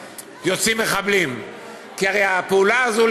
יוצאים מחבלים ----- מה זה שייך ----- כי הרי הפעולה הזו,